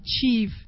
achieve